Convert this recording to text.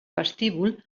vestíbul